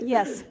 Yes